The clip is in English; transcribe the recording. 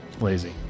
lazy